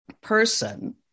person